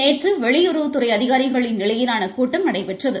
நேற்று வெளியுறவுத்துறை அதிகாரிகளின் நிலையிலான கூட்டம் நடைபெற்றது